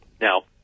Now